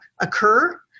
occur